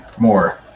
more